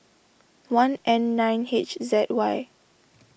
one N nine H Z Y